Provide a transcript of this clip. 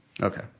okay